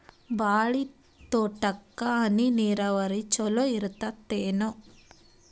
ಬಾಳಿ ತೋಟಕ್ಕ ಹನಿ ನೀರಾವರಿ ಚಲೋ ಇರತದೇನು?